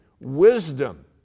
wisdom